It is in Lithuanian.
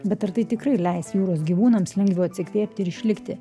bet ar tai tikrai leis jūros gyvūnams lengviau atsikvėpti ir išlikti